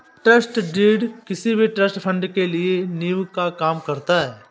trust deed किसी भी trust fund के लिए नीव का काम करता है